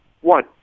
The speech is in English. One